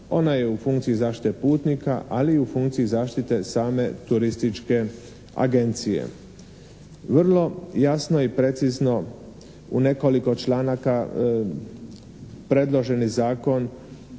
Ona je u funkciji zaštite putnika, ali i u funkciji zaštite same turističke agencije. Vrlo jasno i precizno u nekoliko članaka predloženi Zakon